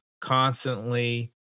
constantly